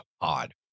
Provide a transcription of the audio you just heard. Odd